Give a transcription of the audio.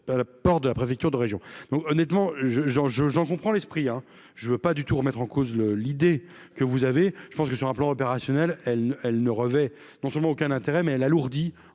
de la porte de la préfecture de région donc honnêtement je, je, j'en comprends l'esprit hein, je ne veux pas du tout remettre en cause le l'idée que vous avez, je pense que sur un plan opérationnel, elle, elle ne revêt non seulement aucun intérêt mais elle alourdit